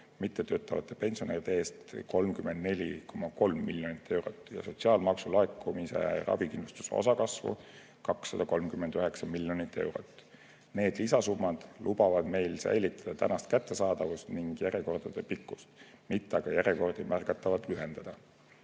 mittetöötavate pensionäride eest 34,3 miljonit eurot ja sotsiaalmaksu laekumise ravikindlustuse osa kasvu 239 miljonit eurot. Need lisasummad lubavad meil säilitada tänast kättesaadavuse taset ning järjekordade pikkust, mitte aga järjekordi märgatavalt lühendada.